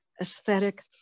aesthetic